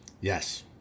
Yes